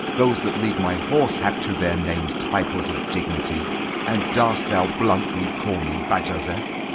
those that lead my horse have to their names titles of dignity and dar'st thou bluntly call me bajazeth?